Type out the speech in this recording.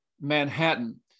Manhattan